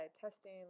testing